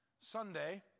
Sunday